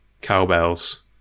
cowbells